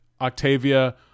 Octavia